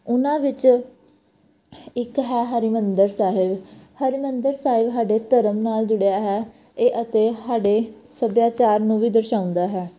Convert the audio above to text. ਉਹਨਾਂ ਵਿੱਚ ਇੱਕ ਹੈ ਹਰਿਮੰਦਰ ਸਾਹਿਬ ਹਰਿਮੰਦਰ ਸਾਹਿਬ ਸਾਡੇ ਧਰਮ ਨਾਲ ਜੁੜਿਆ ਹੈ ਇਹ ਅਤੇ ਸਾਡੇ ਸੱਭਿਆਚਾਰ ਨੂੰ ਵੀ ਦਰਸਾਉਂਦਾ ਹੈ